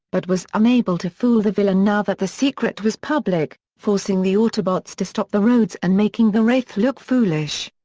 but was unable to fool the villain now that the secret was public, forcing the autobots to stop the rhodes and making the wraith look foolish.